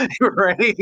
Right